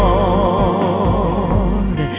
Lord